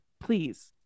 please